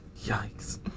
Yikes